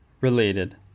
related